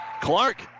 Clark